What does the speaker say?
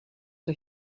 for